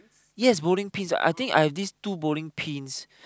yes bowling pins I think I have this two bowling pins